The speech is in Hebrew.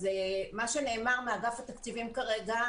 אז מה שנאמר מאגף תקציבים כרגע,